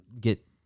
get